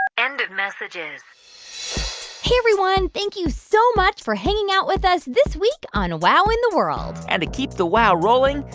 end of messages hey, everyone. thank you so much for hanging out with us this week on wow in the world and to keep the wow rolling,